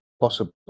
possible